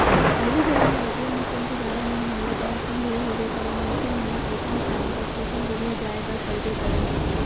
पहिली बेरा म ए.टी.एम मसीन के जादा नइ होय ले बेंक म भीड़ होबे करय, मनसे मन ल पइसा निकाले बर थोकिन दुरिहा जाय बर पड़बे करय